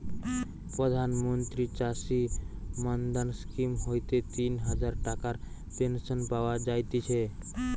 প্রধান মন্ত্রী চাষী মান্ধান স্কিম হইতে তিন হাজার টাকার পেনশন পাওয়া যায়তিছে